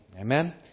Amen